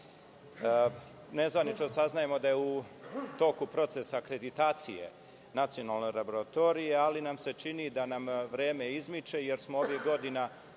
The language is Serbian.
Nezvanično saznajemo da je u toku procesa akreditacije Nacionalna laboratorija, ali nam se čini da nam vreme izmiče jer smo ovih godina